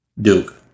Duke